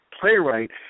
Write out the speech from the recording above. playwright